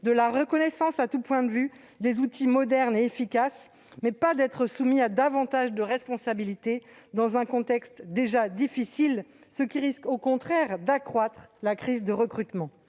de la reconnaissance à tous points de vue, des outils modernes et efficaces, et non pas d'être soumis à davantage de responsabilités dans un contexte déjà difficile, ce qui risquerait au contraire d'accroître la crise de recrutement.